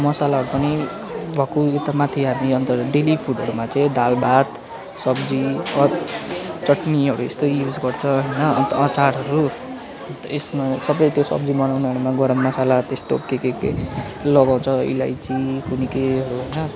मसालाहरू पनि भक्कु यता माथि हामी अन्त डेली फुडहरूमा चाहिँ दाल भात सब्जी अच् चटनीहरू यस्तै युज गर्छ होइन अन्त अचारहरू यसमा सबै त्यो सब्जी बनाउनेहरूमा गरम मसाला त्यस्तो के के के लगाउँछ अलैँची कुन्नी केहरू होइन